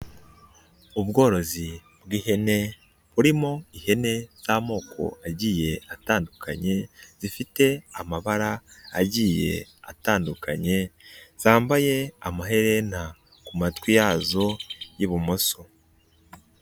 Ubworozi bw'ihene burimo ihene z'amoko agiye atandukanye, zifite amabara agiye atandukanye. Zambaye amaherena ku matwi yazo y'ibumoso.